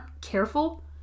careful